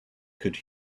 could